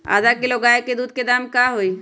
आधा किलो गाय के दूध के का दाम होई?